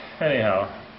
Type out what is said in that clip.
Anyhow